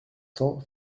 cent